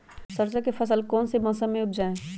सरसों की फसल कौन से मौसम में उपजाए?